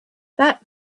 that